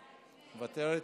מוותרת?